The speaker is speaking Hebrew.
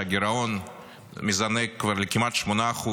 שהגירעון מזנק כבר לכמעט 8%,